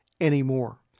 anymore